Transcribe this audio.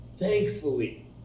Thankfully